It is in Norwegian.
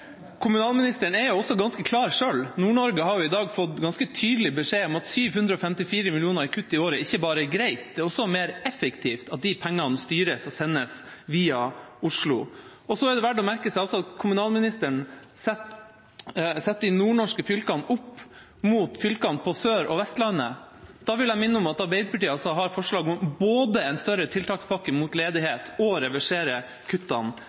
Kommunalministeren er ganske klar selv: Nord-Norge har i dag fått ganske tydelig beskjed om at 754 mill. kr i kutt i året ikke bare er greit, men at det også er mer effektivt at de pengene styres og sendes via Oslo. Det er også verdt å merke seg at kommunalministeren setter de nordnorske fylkene opp mot fylkene på Sørlandet og Vestlandet. Da vil jeg minne om at Arbeiderpartiet har forslag om både en større tiltakspakke mot ledighet og å reversere kuttene